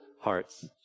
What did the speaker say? hearts